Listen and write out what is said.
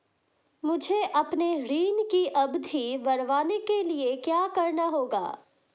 मुझे अपने ऋण की अवधि बढ़वाने के लिए क्या करना होगा?